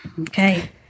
okay